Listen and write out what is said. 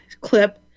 clip